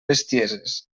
bestieses